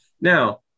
Now